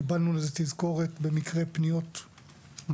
קיבלנו לזה תזכורת במקרה גם אתמול.